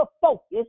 focus